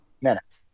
minutes